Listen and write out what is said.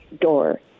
door